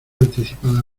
anticipada